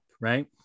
Right